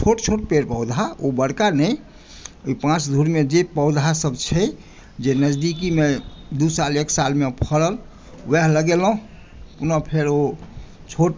छोट छोट पेड़ पौधा ओ बड़का नहि ओहि पाँच धूरमे जे पौधासभ छै जे नजदीकीमे दू साल एक सालमे फड़ल उएह लगेलहुँ कोनो फेरो छोट